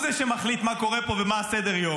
הוא זה שמחליט מה קורה פה ומה סדר-היום.